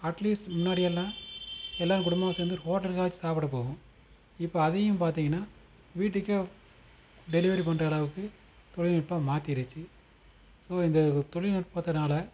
at least முன்னாடியெல்லாம் எல்லாம் குடும்பமாக சேர்ந்து ஒரு ஹோட்டலுக்காவாச்சும் சாப்பிட போவோம் இப்போ அதையும் பார்த்திங்கனா வீட்டுக்கே டெலிவரி பண்ணுற அளவுக்கு தொழில்நுட்பம் மாத்திடுச்சு ஸோ இந்த தொழில்நுட்பத்துனால